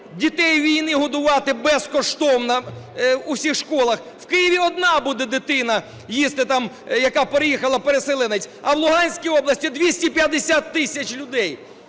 дітей війни готувати безкоштовно в усіх школах, в Києві одна буде дитина їсти, яка переїхала, переселенець, а в Луганській області – 250 тисяч людей.